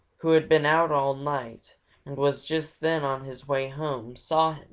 who had been out all night and was just then on his way home, saw